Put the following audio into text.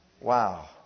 Wow